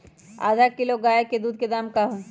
आधा किलो गाय के दूध के का दाम होई?